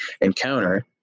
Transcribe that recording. encounter